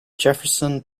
jefferson